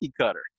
cutter